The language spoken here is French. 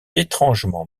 étrangement